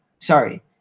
sorry